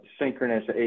Synchronous